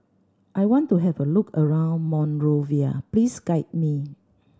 I want to have a look around Monrovia please guide me